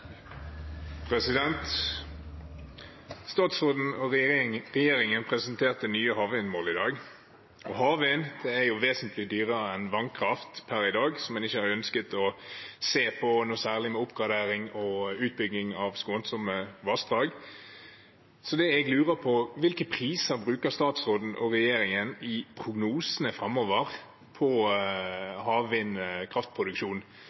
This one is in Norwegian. Statsråden og regjeringen presenterte nye havvindmål i dag. Havvind er vesentlig dyrere enn vannkraft per i dag, som en ikke har ønsket å se noe særlig på, som oppgradering og skånsom utbygging av vassdrag. Det jeg lurer på, er: Hvilke priser bruker statsråden og regjeringen i prognosene framover